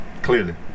clearly